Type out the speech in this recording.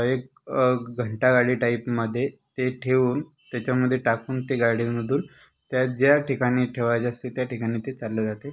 एक घंटागाडी टाइपमध्ये ते ठेवून त्याच्या मध्ये टाकून ते गाडीमधून त्या ज्या ठिकाणी ठेवायचे असते त्या ठिकाणी चाललं जाते